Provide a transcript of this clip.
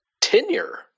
tenure